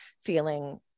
feeling